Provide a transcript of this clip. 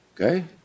Okay